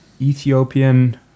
Ethiopian